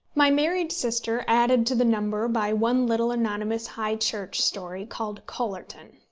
my married sister added to the number by one little anonymous high church story, called chollerton.